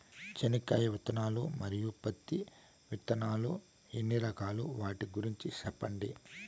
చెనక్కాయ విత్తనాలు, మరియు పత్తి విత్తనాలు ఎన్ని రకాలు వాటి గురించి సెప్పండి?